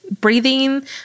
breathing